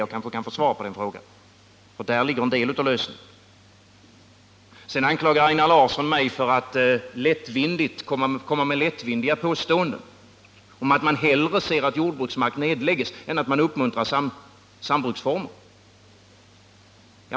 Jag kanske kan få svar på den frågan. Där ligger nämligen en del av problemet. Sedan anklagar Einar Larsson mig för att komma med lättvindiga påståenden om att man hellre ser att jordbruksmark nedläggs än att man uppmuntrar sambruksformer.